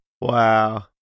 Wow